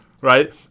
Right